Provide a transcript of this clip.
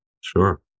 Sure